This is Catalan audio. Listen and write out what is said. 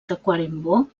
tacuarembó